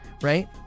right